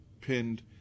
pinned